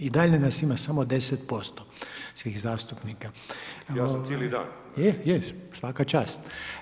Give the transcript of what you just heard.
I dalje nas ima samo 10% svih zastupnika [[Upadica Bulj: Ja sam cili dan.]] Je, je svaka čast.